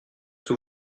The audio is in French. vous